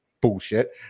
bullshit